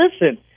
listen